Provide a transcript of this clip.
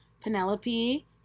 Penelope